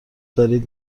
دارید